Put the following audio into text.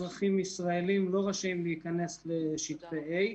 אזרחים ישראלים לא רשאים להיכנס לשטחי A,